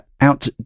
out